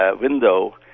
window